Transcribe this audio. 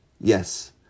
Yes